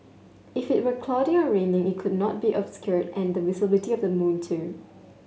if it were cloudy or raining it could not be obscured and the visibility of the moon too